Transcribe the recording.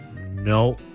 No